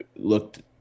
Looked